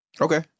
Okay